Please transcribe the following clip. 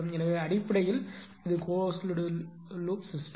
எனவே அடிப்படையில் இது கிலோஸ்டு லூப் சிஸ்டம்